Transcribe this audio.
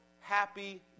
happy